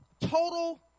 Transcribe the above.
total